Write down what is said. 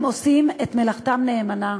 הם עושים את מלאכתם נאמנה,